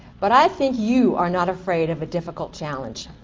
but i think you are not afraid of a difficult challenge,